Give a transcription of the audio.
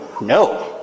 no